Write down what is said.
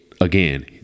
again